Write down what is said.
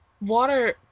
water